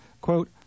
Quote